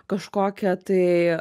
kažkokią tai